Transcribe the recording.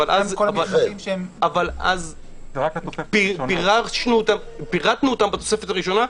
אבל אז פירטנו אותם בתוספת הראשונה,